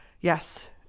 yes